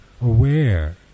aware